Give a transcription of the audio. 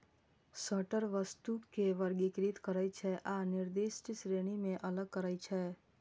sorter वस्तु कें वर्गीकृत करै छै आ निर्दिष्ट श्रेणी मे अलग करै छै